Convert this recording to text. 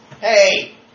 Hey